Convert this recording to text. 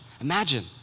imagine